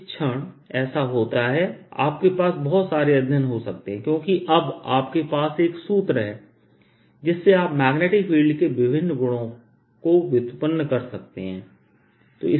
जिस क्षण ऐसा होता है आपके पास बहुत सारे अध्ययन हो सकते हैं क्योंकि अब आपके पास एक सूत्र है जिससे आप मैग्नेटिक फील्ड के विभिन्न गुणों को व्युत्पन्न कर सकते हैं